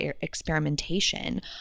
experimentation